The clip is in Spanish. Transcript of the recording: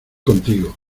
contigo